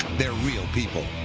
they're real people.